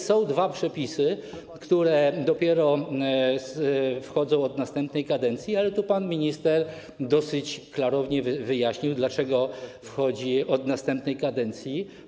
Są dwa przepisy, które dopiero wchodzą od następnej kadencji, ale to pan minister dosyć klarownie wyjaśnił, dlaczego od następnej kadencji.